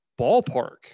ballpark